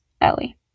ellie